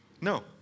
no